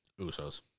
Usos